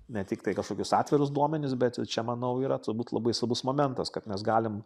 ne tiktai kažkokius atvirus duomenis bet čia manau yra turbūt labai svarbus momentas kad mes galim